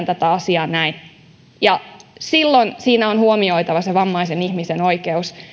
tätä asiaa näin silloin siinä on huomioitava se vammaisen ihmisen oikeus